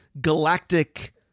galactic